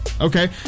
Okay